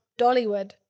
Dollywood